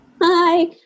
Hi